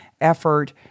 effort